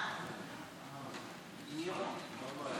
ההצעה להעביר את הנושא לוועדה